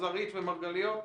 זרעית ומרגליות?